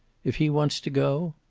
if he wants to go?